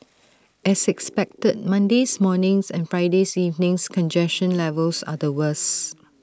as expected Monday's morning's and Friday's evening's congestion levels are the worse